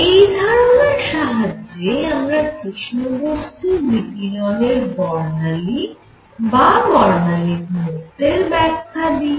এই ধারণার সাহায্যে আমরা কৃষ্ণ বস্তুর বিকিরণের বর্ণালী বা বর্ণালী ঘনত্বের ব্যাখ্যা দিই